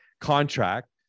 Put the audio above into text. contract